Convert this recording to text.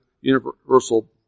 universal